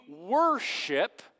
worship